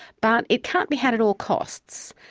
but it can't be had at all costs.